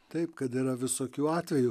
taip kad yra visokių atvejų